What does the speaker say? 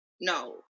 No